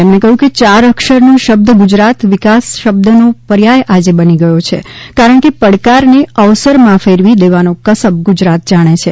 તેમણે કહ્યું કે ચાર અક્ષરનો શબ્દ ગુજરાત વિકાસ શબ્દનો પર્યાય આજે બની ગયો છે કારણ કે પડકાર ને અવસરમાં ફેરવી દેવાનો કસબ ગુજરાત જાણે છે